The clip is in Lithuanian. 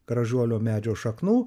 gražuolio medžio šaknų